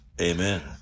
Amen